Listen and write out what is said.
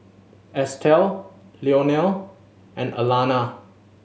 Estelle Leonel and Alanna